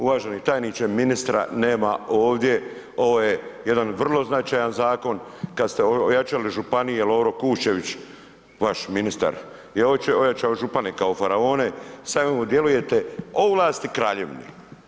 Uvaženi tajniče ministra nema ovdje ovo je jedan vrlo značajan zakon kad ste ojačali županije Lovro Kuščević, vaš ministar je ojačao župane kao faraone sad evo djelujete ovlasti kraljevine.